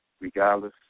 Regardless